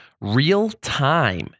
real-time